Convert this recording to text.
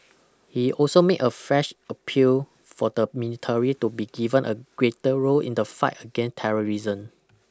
he also made a fresh appeal for the minitary to be given a greater role in the fight again terrorisn